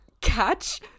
catch